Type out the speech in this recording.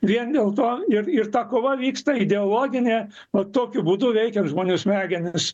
vien dėl to ir ir ta kova vyksta ideologinė va tokiu būdu veikia žmonių smegenis